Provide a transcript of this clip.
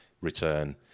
return